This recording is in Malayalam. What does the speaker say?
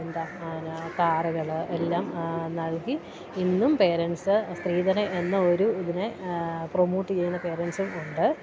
എന്താണ് കാറുകളെല്ലാം നൽകി ഇന്നും പേരെൻസ്സ് സ്ത്രീധനം എന്നൊരു ഇതിനെ പ്രൊമോട്ട് ചെയ്യുന്ന പേരെൻസ്സുമുണ്ട്